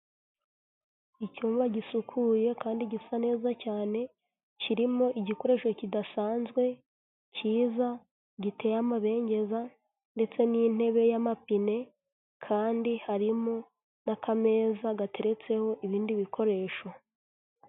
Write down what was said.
Icyumba gisukuye kandi gisa neza cyane, kirimo igikoresho kidasanzwe cyiza giteye amabengeza ndetse n'intebe y'amapine kandi harimo n'akameza gateretseho ibindi bikoresho.